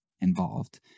involved